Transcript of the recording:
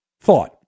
thought